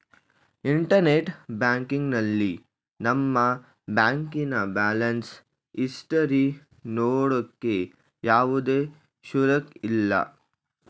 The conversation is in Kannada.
ಇಂಟರ್ನೆಟ್ ಬ್ಯಾಂಕಿಂಗ್ನಲ್ಲಿ ನಮ್ಮ ಬ್ಯಾಂಕಿನ ಬ್ಯಾಲೆನ್ಸ್ ಇಸ್ಟರಿ ನೋಡೋಕೆ ಯಾವುದೇ ಶುಲ್ಕ ಇಲ್ಲ